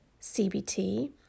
CBT